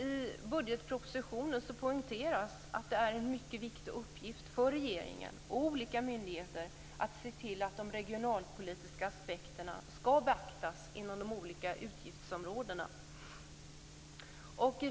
I budgetpropositionen poängteras att det är en mycket viktig uppgift för regeringen och olika myndigheter att se till att de regionalpolitiska aspekterna beaktas inom de olika utgiftsområdena.